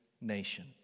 nation